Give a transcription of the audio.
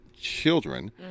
children